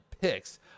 picks